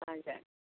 हुन्छ